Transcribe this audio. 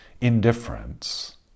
indifference